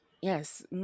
Yes